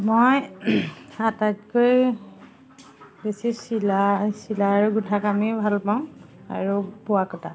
মই আটাইতকৈ বেছি চিলাই চিলাই গোঠা কামকে ভাল পাওঁ আৰু বোৱা কটা